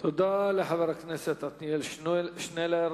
תודה רבה לחבר הכנסת עתניאל שנלר.